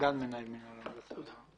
סגן מנהל מינהל הנדסה.